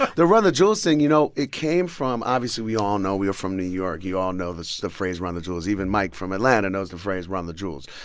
the run the jewels thing, you know, it came from obviously we all know we are from new york. you all know the the phrase run the jewels. even mike from atlanta knows the phrase run the jewels.